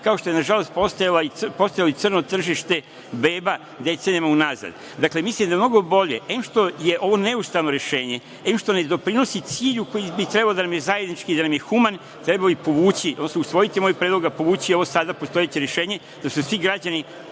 kao što je nažalost postojalo i crno tržište bebama, decenijama unazad. Mislim da je mnogo bolje, em što je ovo neustavno rešenje, em što ne doprinosi cilju koji bi trebalo da nam je zajednički i da nam je human, trebalo bi povući, odnosno usvojiti moj predlog i povući ovo sada postojeće rešenje da su svi građani